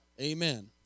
Amen